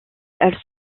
elle